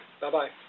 Bye-bye